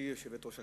גברתי היושבת-ראש,